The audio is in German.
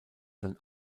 sein